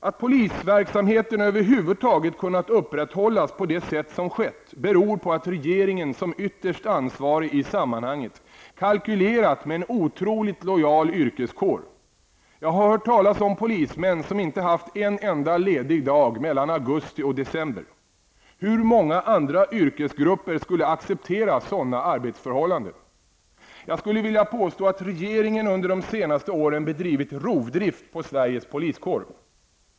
Att polisverksamheten över huvud taget kunnat upprätthållas på det sätt som skett beror på att regeringen, som ytterst ansvarig i sammanhanget, har kalkylerat med en otroligt lojal yrkesår. Jag har hört talas om polismän som inte haft en enda ledig dag mellan augusti och december. Hur många andra yrkesgrupper skulle acceptera sådana arbetsförhållanden? Jag skulle vilja påstå att regeringen under de senaste åren bedrivit rovdrift på Sveriges poliser.